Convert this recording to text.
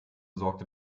sorgte